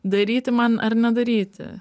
daryti man ar nedaryti